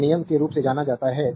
के नियम के रूप में जाना जाता है